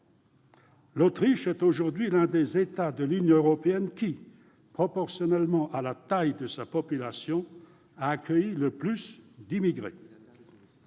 L'Autriche est aujourd'hui l'un des États de l'Union européenne qui, proportionnellement à la taille de sa population, a accueilli le plus d'immigrés.